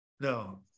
No